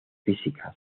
físicas